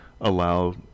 allow